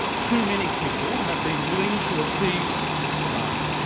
too many people have been willing to appease this demand.